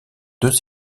deux